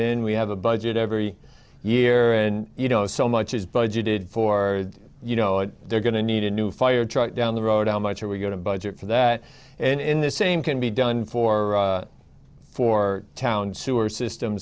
in we have a budget every year and you know so much is budgeted for you know if they're going to need a new fire truck down the road how much are we going to budget for that in the same can be done for for town sewer system